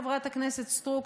חברת הכנסת סטרוק,